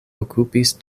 okupis